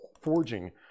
forging